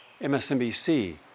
MSNBC